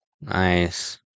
Nice